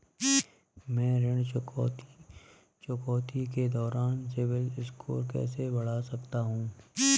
मैं ऋण चुकौती के दौरान सिबिल स्कोर कैसे बढ़ा सकता हूं?